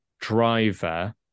driver